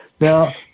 Now